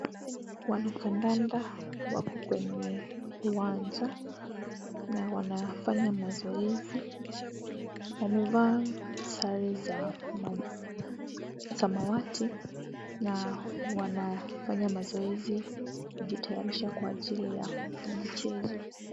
Wanakandanda wako kwenye uwanja na wanafanya mazoezi. Wamevaa sare za ma samawati, na wanafanya mazoezi kujitayarisha kwa ajili ya mchezo.